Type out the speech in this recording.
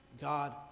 God